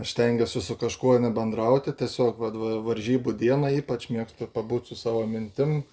aš stengiuosi su kažkuo nebendrauti tiesiog vat va varžybų dieną ypač mėgstu pabūt su savo mintim